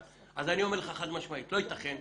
אז אני אומר לך חד משמעית: לא יתכן,